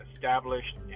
Established